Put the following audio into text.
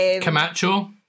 Camacho